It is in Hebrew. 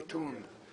עיתון,